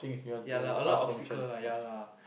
ya lah a lot obstacles lah ya lah